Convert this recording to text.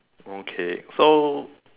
okay so